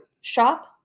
shop